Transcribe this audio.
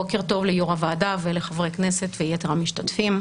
בוקר טוב ליו"ר הוועדה ולחברי הכנסת ויתר המשתתפים.